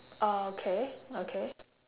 orh okay okay